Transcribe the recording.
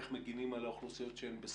איך מגינים על האוכלוסיות בסיכון.